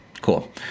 cool